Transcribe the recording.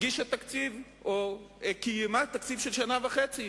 הגישה תקציב, או קיימה תקציב, של שנה וחצי: